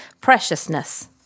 Preciousness